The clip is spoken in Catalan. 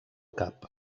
cap